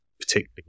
particularly